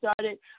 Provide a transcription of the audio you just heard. started